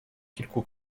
kilku